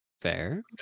fair